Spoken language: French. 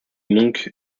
monk